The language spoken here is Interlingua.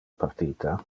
partita